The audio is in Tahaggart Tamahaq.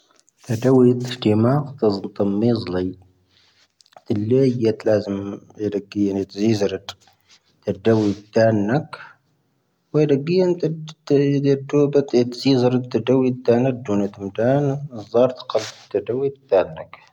ⵜⴰⴷⴰⵡⵉⴷ ⵙⵀⵜⴻⵎⴰ, ⵜⴰⴷⵣⵓⵜⴰⵎⴻⵣⵍⴰⵢ. ⵜⵉⵍⴻ ⵢⵉⵢⴻⵜ ⵍⴰⵣⵉⵎ ⵀⵉⵔⴰⴽⵉⵢⵉⵏ ⵉⵜⵣⵉⵣⵉⵔⴰⵜ. ⵀⵉⵔⴰⴷⴰⵡⵉⴷ ⵜⴰⵏⵏⴰⴽ. ⵀⵉⵔⴰⴽⵉⵢⵉⵏ ⵜⴰⴷⵣⵉⵜoⴱⴰⵜ ⵉⵜⵣⵉⵣⵉⵔⴰⵜ. ⵀⵉⵔⴰⴷⴰⵡⵉⴷ ⵜⴰⵏⴰⴽ ⴷⵓⵏⴻⵜⵓⵎⴷⴰⵏ. ⵜⵣⴰⵔⵜⴽⴰ ⵜⴰⴷⴰⵡⵉⴷ ⵜⴰⵏⴰⴽ.